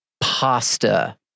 pasta